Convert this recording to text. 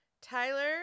Tyler